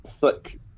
thick